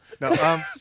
no